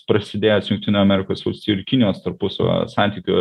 prasidėjęs jungtinių amerikos valstijų ir kinijos tarpusavio santykių